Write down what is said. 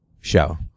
show